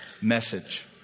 message